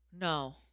No